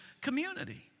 community